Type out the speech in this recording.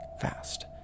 fast